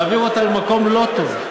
מעביר אותם למקום לא טוב.